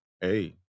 hey